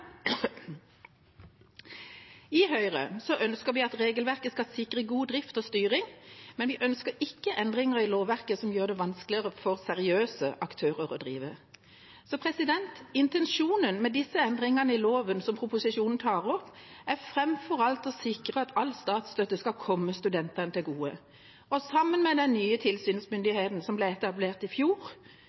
I Høyre ønsker vi at regelverket skal sikre god drift og styring, men vi ønsker ikke endringer i lovverket som gjør det vanskeligere for seriøse aktører å drive. Intensjonen med de endringene i loven som proposisjonen tar opp, er framfor alt å sikre at all statsstøtte skal komme studentene til gode. Sammen med den nye tilsynsmyndigheten, som ble etablert i fjor,